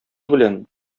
белән